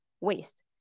waste